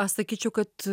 aš sakyčiau kad